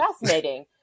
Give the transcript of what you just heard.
fascinating